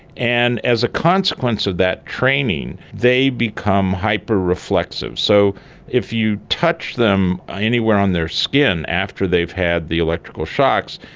and as a consequence of that training, they become hyper-reflexive. so if you touch them anywhere on their skin after they've had the electrical shocks,